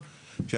אם